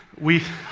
we